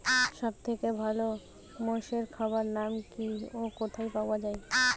সব থেকে ভালো মোষের খাবার নাম কি ও কোথায় পাওয়া যায়?